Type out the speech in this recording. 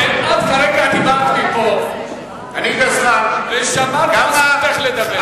את כרגע דיברת מפה ושמרתי על זכותך לדבר.